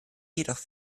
jedoch